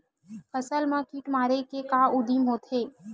फसल मा कीट मारे के का उदिम होथे?